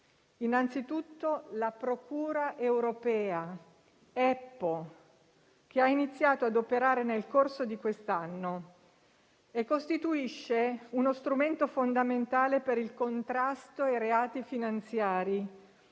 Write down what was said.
prosecutor's office, EPPO), che ha iniziato ad operare nel corso di quest'anno, costituisce uno strumento fondamentale per il contrasto ai reati finanziari,